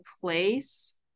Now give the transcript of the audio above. place